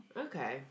Okay